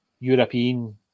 European